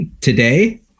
Today